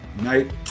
night